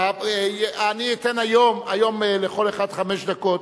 אני אתן היום לכל אחד חמש דקות.